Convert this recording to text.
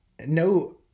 no